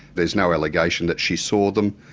there's no allegation that she saw them,